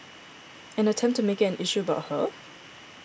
and attempt to make it an issue about her